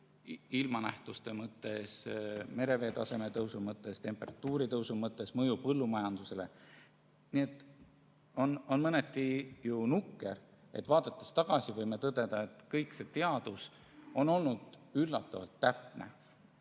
ilmanähtuste mõttes, merevee taseme tõusu mõttes, temperatuuri tõusu mõttes, mõju põllumajandusele. On mõneti nukker, et vaadates tagasi, võime tõdeda, et teadus on olnud üllatavalt täpne.